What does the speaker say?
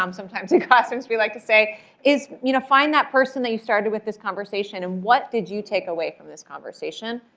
um sometimes in classrooms, we like to say is you know find that person that you started with this conversation. and what did you take away from this conversation?